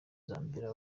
zambia